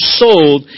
sold